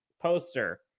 poster